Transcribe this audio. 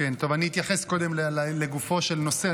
אני אתייחס קודם לגופו של נושא,